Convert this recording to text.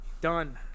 done